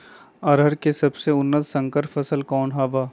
अरहर के सबसे उन्नत संकर फसल कौन हव?